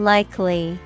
Likely